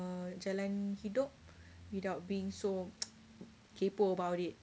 jalan hidup without being so kaypoh about it